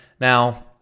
Now